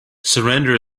surrender